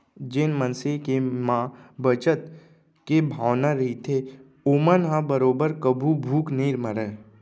जेन मनसे के म बचत के भावना रहिथे ओमन ह बरोबर कभू भूख नइ मरय